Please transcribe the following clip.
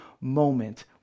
moment